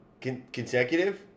consecutive